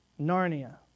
Narnia